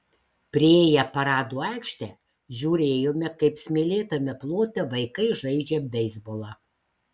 priėję paradų aikštę žiūrėjome kaip smėlėtame plote vaikai žaidžia beisbolą